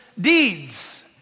deeds